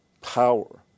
power